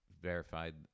verified